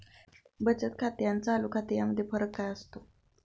बचत खाते आणि चालू खाते यामध्ये फरक काय असतो?